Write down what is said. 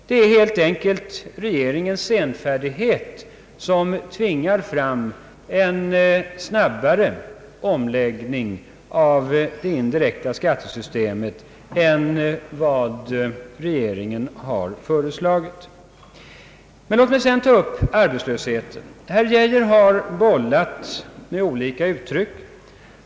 Det är helt enkelt regeringens senfärdighet som tvingar fram en snabbare omläggning av det indirekta skattesystemet än den som regeringen har föreslagit. Låt mig sedan ta upp frågan om arbetslösheten. Herr Geijer har bollat med olika uttryck.